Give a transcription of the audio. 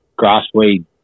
grassweed